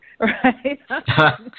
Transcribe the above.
Right